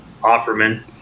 Offerman